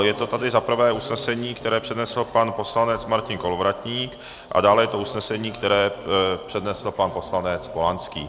Je to tady za prvé usnesení, které přednesl pan poslanec Martin Kolovratník, a dále je to usnesení, které přednesl pan poslanec Polanský.